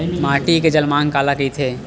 माटी के जलमांग काला कइथे?